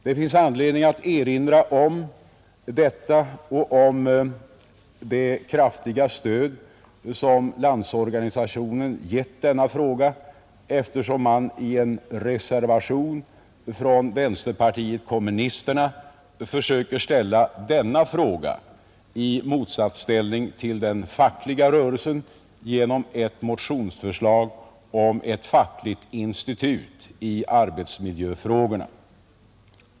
Det finns anledning att erinra om detta och om det kraftiga stöd som LO har gett denna fråga, eftersom man i en reservation från vänsterpartiet kommunisterna försöker ställa denna fråga i motsatsställning till den fackliga rörelsen genom ett motionsförslag om ett fackligt institut i arbetsmiljöfrågorna.